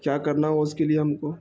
کیا کرنا ہو اس کے لیے ہم کو